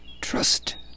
trust